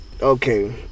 okay